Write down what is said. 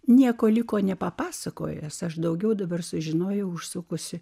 nieko liko nepapasakojęs aš daugiau dabar sužinojau užsukusi